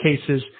cases